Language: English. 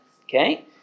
Okay